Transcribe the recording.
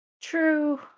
True